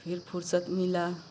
फिर फुर्सत मिला